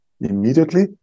immediately